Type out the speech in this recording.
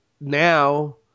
now